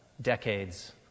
decades